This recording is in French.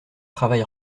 travail